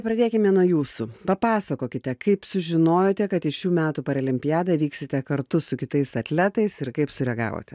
pradėkime nuo jūsų papasakokite kaip sužinojote kad į šių metų paralimpiadą vyksite kartu su kitais atletais ir kaip sureagavote